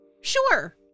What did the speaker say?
sure